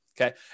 Okay